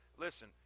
Listen